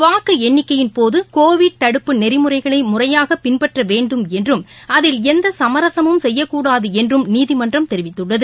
வாக்கு எண்ணிக்கையின் போது கோவிட் தடுப்பு நெறிமுறைகளை முறையாக பின்பற்ற வேண்டும் என்றும் அதில் எந்த சமரசமும் செய்யக்கூடாது என்றும் நீதிமன்றம் தெரிவித்துள்ளது